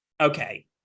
Okay